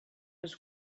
was